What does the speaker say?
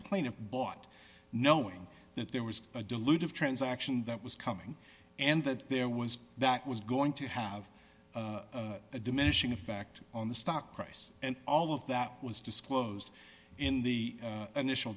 plaintiff bought knowing that there was a deluded transaction that was coming and that there was that was going to have a diminishing effect on the stock price and all of that was disclosed in the initial